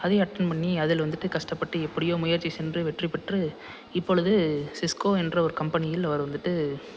அதையும் அட்டன் பண்ணி அதில் வந்துட்டு கஷ்டப்பட்டு எப்படியோ முயற்சி சென்று வெற்றிப்பெற்று இப்பொழுது சிஸ்கோ என்ற ஒரு கம்பெனியில் அவர் வந்துட்டு